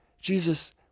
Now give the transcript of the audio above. Jesus